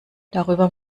darüber